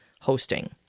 hosting